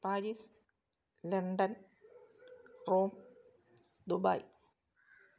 Paris London Rome Dubai